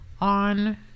on